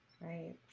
right